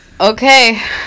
Okay